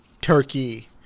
Turkey